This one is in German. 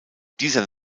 dieser